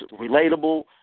relatable